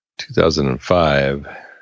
2005